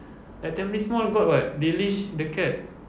at tampines mall got [what] they leash the cat